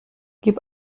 gib